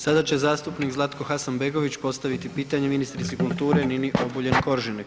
Sada će zastupnik Zlatko Hasanbegović postaviti pitanje ministrici kulture Nini Obuljen Koržinek.